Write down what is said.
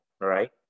right